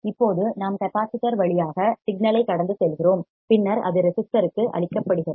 இப்போது நாம் கெப்பாசிட்டர் வழியாக சிக்னல் ஐ கடந்து செல்கிறோம் பின்னர் அது ரெசிஸ்டர் ற்கு அளிக்கப்படுகிறது